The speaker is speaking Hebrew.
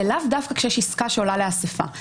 זה לאו דווקא כשיש עסקה שעולה לאספה.